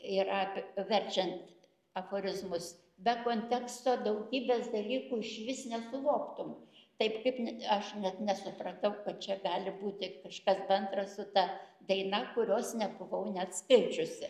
yra verčiant aforizmus be konteksto daugybės dalykų išvis nesuvoktum taip kaip n aš net nesupratau kad čia gali būti kažkas bendra su ta daina kurios nebuvau net skaičiusi